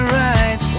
right